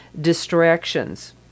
distractions